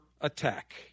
attack